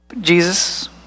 Jesus